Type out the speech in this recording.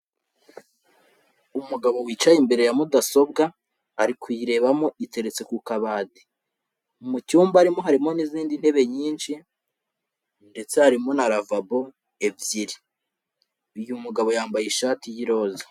Umugabo wicaye imbere ya mudasobwa, ari kuyirebamo iteretse ku kabati. Mu cyumba arimo harimo n'izindi ntebe nyinshi, ndetse harimo na lavabo ebyiri. Uyu mugabo yambaye ishati y'iroza.